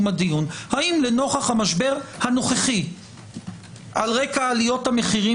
הדיון האם לנוכח המשבר הנוכחי על רקע עליות המחירים